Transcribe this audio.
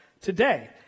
today